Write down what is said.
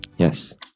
Yes